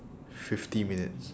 fifty minutes